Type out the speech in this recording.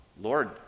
Lord